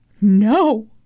No